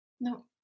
No